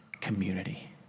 community